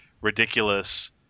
ridiculous